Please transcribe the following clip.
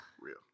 real